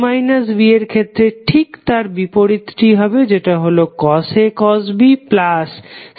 cos এর ক্ষেত্রে ঠিক তার বিপরীতটি হবে যেটা হল cos A cosB sinA sin B